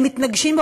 הם מתנגשים,